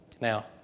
Now